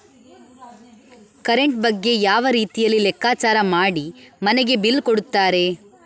Current ಬಗ್ಗೆ ಯಾವ ರೀತಿಯಲ್ಲಿ ಲೆಕ್ಕಚಾರ ಮಾಡಿ ಮನೆಗೆ ಬಿಲ್ ಕೊಡುತ್ತಾರೆ?